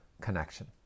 connection